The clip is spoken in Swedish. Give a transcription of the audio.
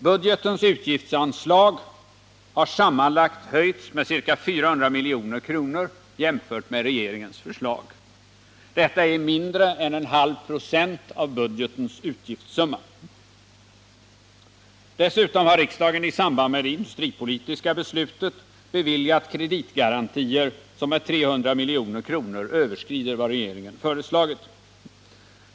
Budgetens utgiftsanslag har sammanlagt höjts med ca 400 milj.kr., jämfört med regeringens förslag. Detta är mindre än en halv procent av budgetens utgiftssumma. Dessutom har riksdagen i samband med det industripolitiska beslutet beviljat kreditgarantier som med 300 milj.kr. överskrider vad regeringen föreslagit.